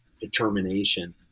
determination